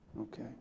Okay